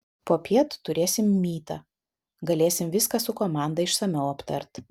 popiet turėsim mytą galėsim viską su komanda išsamiau aptart